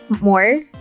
more